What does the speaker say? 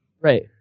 Right